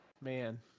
Man